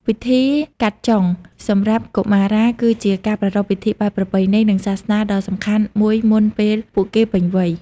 ពិធី "កាត់ចុង" សម្រាប់កុមារា គឺជាការប្រារព្ធពិធីបែបប្រពៃណី និងសាសនាដ៏សំខាន់មួយមុនពេលពួកគេពេញវ័យ។